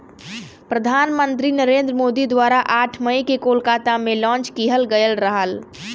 प्रधान मंत्री नरेंद्र मोदी द्वारा आठ मई के कोलकाता में लॉन्च किहल गयल रहल